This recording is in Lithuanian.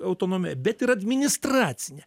autonomiją bet ir administracinę